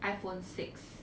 iphone six